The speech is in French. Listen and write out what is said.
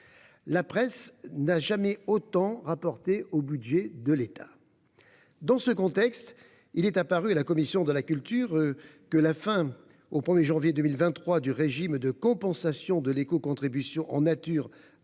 la presse n'a jamais autant rapporté au budget de l'État ! Dans ce contexte, il a paru à la commission de la culture que la fin, au 1 janvier 2023, du régime de compensation de l'écocontribution en nature à Citeo